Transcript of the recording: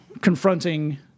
confronting